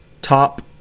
top